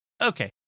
Okay